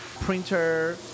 printer